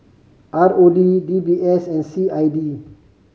R O D D B S and C I D